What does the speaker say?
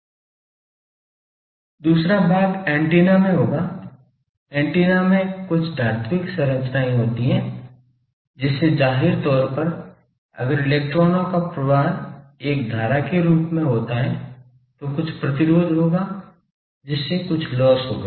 दूसरा भाग एंटीना में होगा ऐन्टेना में कुछ धात्विक संरचनाएं होती हैं जिससे जाहिर तौर पर अगर इलेक्ट्रॉनों का प्रवाह एक धारा के रूप में होता है तो कुछ प्रतिरोध होगा जिससे कुछ लॉस होगा